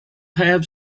have